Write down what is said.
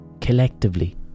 collectively